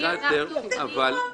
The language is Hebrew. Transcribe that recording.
זה קרוב,